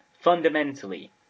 fundamentally